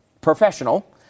professional